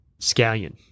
Scallion